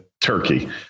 Turkey